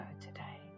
today